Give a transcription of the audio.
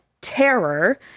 terror